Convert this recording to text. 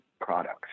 products